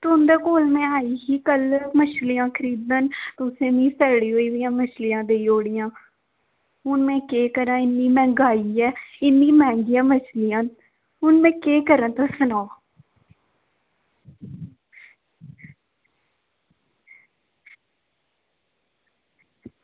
तुंदे कोल कल्ल में आई ही मच्छलियां खरीदन तुसें मिगी सड़ी दियां मच्छलियां देई ओड़ियां हून में केह् करां इन्नी मैहंगाई ऐ इन्नियां मैहंगियां मच्छलियां न हून में केह् करां